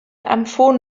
amphoe